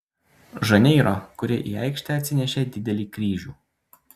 žaneiro kurie į aikštę atsinešė didelį kryžių